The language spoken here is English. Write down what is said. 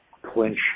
clinch